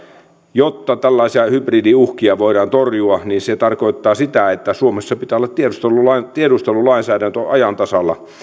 jotta tällaisia hybridiuhkia voidaan torjua niin se tarkoittaa sitä että suomessa pitää olla tiedustelulainsäädäntö ajan tasalla ja